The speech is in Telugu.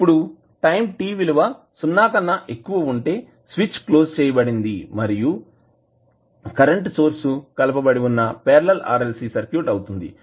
ఇప్పుడు టైం t విలువ సున్నా కన్నా ఎక్కువ ఉంటే స్విచ్ క్లోజ్ చేయబడుతుంది మరియు కరెంట్ సోర్స్ కలపబడి వున్నా పార్లల్ RLC సర్క్యూట్ అవుతుంది